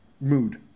mood